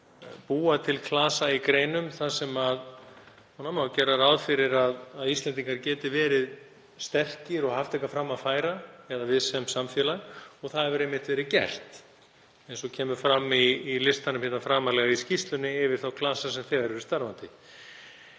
búa til klasa í greinum þar sem gera má ráð fyrir að Íslendingar geti verið sterkir og haft eitthvað fram að færa, eða við sem samfélag. Það hefur einmitt verið gert, eins og kemur fram í listanum framarlega í skýrslunni yfir þá klasa sem þegar eru starfandi.